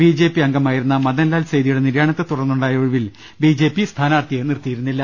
B J P അംഗമായി രുന്ന മദൻ ലാൽ സെയ്തിയുടെ നിര്യാണത്തെ തുടർന്നുണ്ടായ ഒഴിവിൽ ബി ജെ പി സ്ഥാനാർത്ഥിയെ നിർത്തിയിരുന്നില്ല